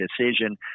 decision